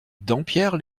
dampierre